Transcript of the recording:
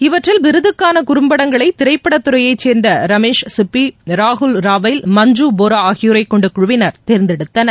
இவற்றில் விருதுக்கான குறும்படங்களை திரைப்படத்துறையை சேர்ந்த ரமேஷ் சிப்பி ராகுல் ராவைல் மஞ்சு போரா ஆகியோரைக் கொண்ட குழுவினர் தேர்ந்தெடுத்தனர்